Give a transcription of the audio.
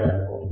శెలవు